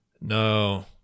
No